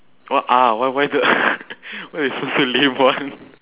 what ah why why that why you so so lame [one]